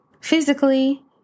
Physically